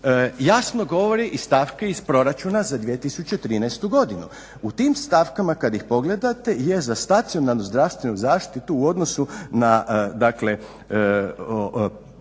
jasno govori i stavke iz proračuna za 2013. godinu. U tim stavkama kad ih pogledate je za stacionarnu zdravstvenu zaštitu u odnosu na dakle rebalans,